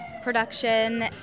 production